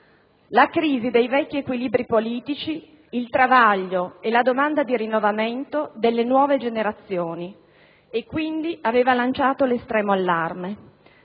la crisi dei vecchi equilibri politici, il travaglio e la domanda di rinnovamento delle nuove generazioni e, quindi, aveva lanciato l'estremo allarme.